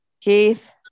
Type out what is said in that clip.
Keith